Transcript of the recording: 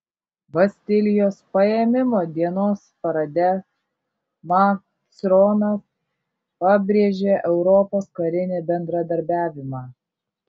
bastilijos paėmimo dienos parade macronas pabrėžė europos karinį bendradarbiavimą